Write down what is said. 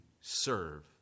serve